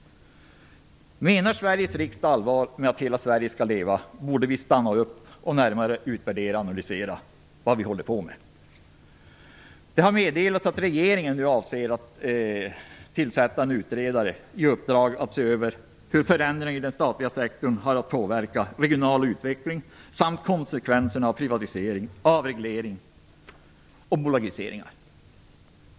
Menar vi i Sveriges riksdag allvar med att hela Sverige skall leva, borde vi stanna upp och närmare utvärdera och analysera vad vi håller på med. Det har meddelats att regeringen nu avser att tillsätta en utredare med uppdrag att se över hur förändringarna inom den statliga sektorn har påverkat den regionala utvecklingen samt vilka konsekvenserna av privatiseringar, avregleringar och bolagiseringar har blivit.